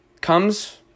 comes